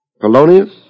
Polonius